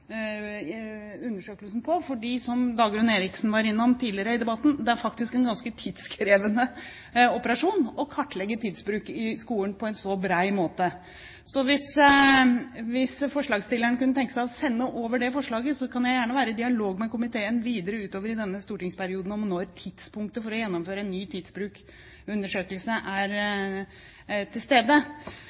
som Dagrun Eriksen var innom tidligere i debatten, det er faktisk en ganske tidkrevende operasjon å kartlegge tidsbruk i skolen på en så bred måte. Hvis forslagsstilleren kunne tenke seg å sende over det forslaget, kan jeg gjerne være i dialog med komiteen videre utover i denne stortingsperioden om når tidspunktet for å gjennomføre en ny tidsbruksundersøkelse er til stede.